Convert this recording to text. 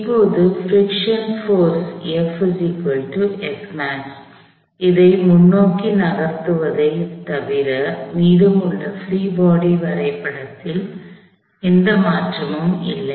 இப்போது பிரிக்க்ஷின் போர்ஸ்உராய்வு விசை இதை முன்னோக்கி நகர்த்துவதைத் தவிர மீதமுள்ள பிரீ பாடி வரைபடத்தில் எந்த மாற்றமும் இல்லை